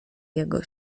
jego